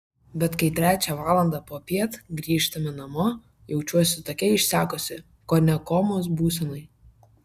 bet kai trečią valandą popiet grįžtame namo jaučiuosi tokia išsekusi kone komos būsenos